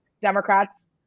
democrats